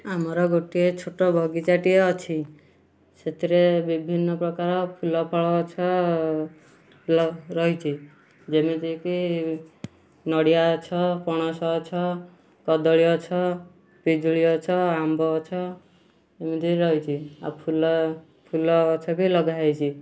ଆମର ଗୋଟିଏ ଛୋଟ ବଗିଚା ଟିଏ ଅଛି ସେଥିରେ ବିଭିନ୍ନ ପ୍ରକାର ଫୁଲ ଫଳ ଗଛ ର ରହିଛି ଯେମିତିକି ନଡ଼ିଆ ଗଛ ପଣସ ଗଛ କଦଳୀ ଗଛ ପିଜୁଳି ଗଛ ଆମ୍ବ ଗଛ ଏମିତି ରହିଛି ଆଉ ଫୁଲ ଫୁଲ ଗଛ ବି ଲଗାହେଇଛି